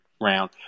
round